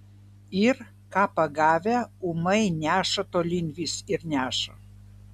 ir ką pagavę ūmai neša tolyn vis ir neša